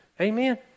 Amen